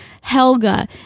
Helga